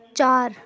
چار